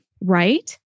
Right